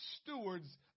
stewards